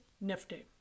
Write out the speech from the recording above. nifty